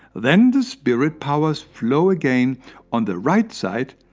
then the spirit powers flow again on the right side,